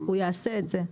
הוא יעשה את זה.